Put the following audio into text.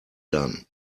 done